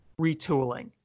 retooling